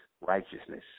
righteousness